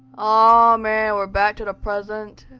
ah man, we're back to the present.